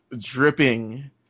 dripping